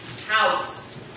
House